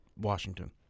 Washington